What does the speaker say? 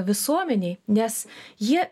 visuomenei nes ji